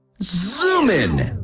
zoom in!